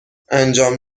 انجام